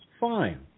Fine